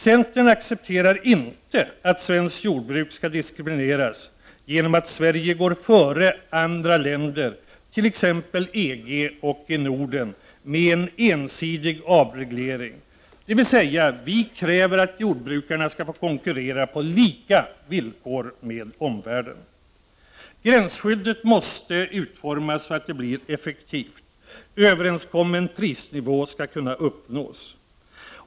Centern accepterar inte att svenskt jordbruk diskrimineras genom att Sverige går före andra länder, t.ex. länderna i EG och i Norden, med en ensidig avreglering — dvs. vi kräver att jordbrukarna skall få konkurrera med omvärlden på lika villkor. Gränsskyddet måste utformas så att det blir effektivt. Överenskommen prisnivå skall kunna uppnås.